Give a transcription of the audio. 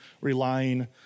relying